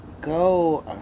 go